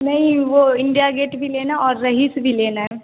नहीं वह India Gate भी लेना और रहीस भी लेना है